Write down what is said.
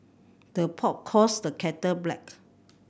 the pot calls the kettle black